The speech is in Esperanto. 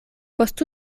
post